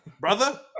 brother